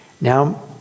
Now